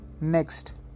Next